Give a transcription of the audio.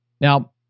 Now